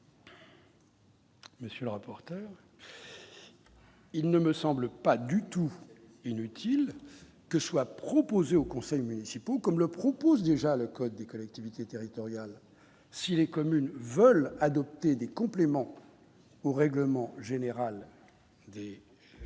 Monsieur le rapporteur. Il ne me semble pas du tout inutile que soit proposée aux conseils municipaux comme le propose déjà le code des collectivités territoriales si les communes veulent adopter des compléments au règlement général dès les